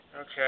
Okay